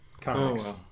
Comics